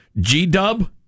G-Dub